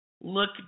look